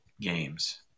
games